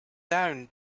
down